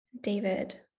David